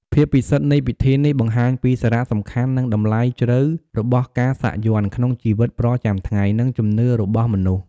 ភាពពិសិដ្ឋនៃពិធីនេះ បង្ហាញពីសារៈសំខាន់ និងតម្លៃជ្រៅរបស់ការសាក់យ័ន្តក្នុងជីវិតប្រចាំថ្ងៃ និងជំនឿរបស់មនុស្ស។